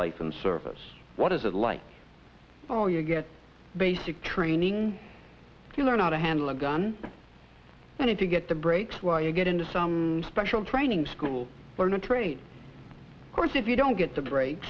life and service what is it like oh you get basic training you learn how to handle a gun and to get the breaks while you get into some special training school learn a trade course if you don't get the break